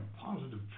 positive